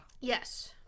Yes